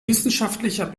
wissenschaftlicher